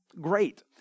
great